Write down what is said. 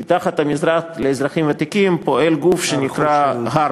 כי תחת המשרד לאזרחים ותיקים פועל גוף שנקרא HEART,